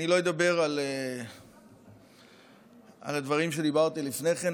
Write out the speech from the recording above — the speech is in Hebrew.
אני לא אדבר על הדברים שדיברתי לפני כן,